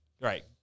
Right